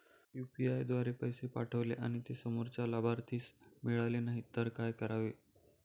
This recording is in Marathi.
यु.पी.आय द्वारे पैसे पाठवले आणि ते समोरच्या लाभार्थीस मिळाले नाही तर काय करावे?